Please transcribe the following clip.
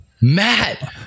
Matt